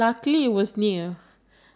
that the coldest